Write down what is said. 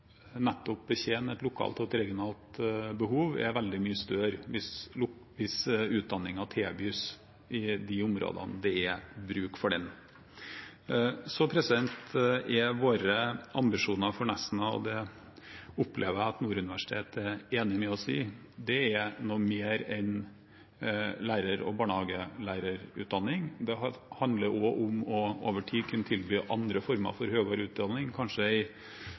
betjene et lokalt og regionalt behov er veldig mye større hvis utdanningen tilbys i de områdene det er bruk for den. Så er våre ambisjoner for Nesna – og det opplever jeg at Nord universitet er enig med oss i – noe mer enn lærer- og barnehagelærerutdanning. Det handler også om over tid å kunne tilby andre former for høyere utdanning, kanskje